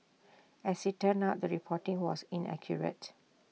as IT turned out the reporting was inaccurate